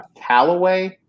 Callaway